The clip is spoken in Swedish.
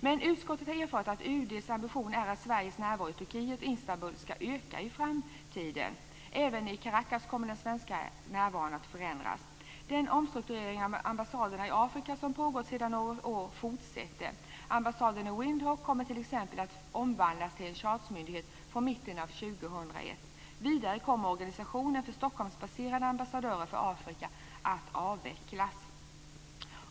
Men utskottet har erfarit att UD:s ambition är att Sveriges närvaro i Turkiet och Istanbul ska öka i framtiden. Även i Caracas kommer den svenska närvaron att förändras. Den omstrukturering av ambassaderna i Afrika som pågår sedan något år fortsätter. Ambassaden i Windhoek kommer t.ex. att omvandlas till en chargémyndighet från mitten av 2001. Vidare kommer organisationen med Stockholmsbaserade ambassadörer för Afrika att avvecklas.